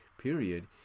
period